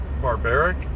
barbaric